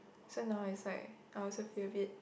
so now is like I also feel a bit